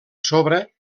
sobre